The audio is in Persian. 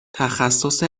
تخصص